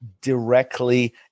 directly